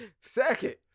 Second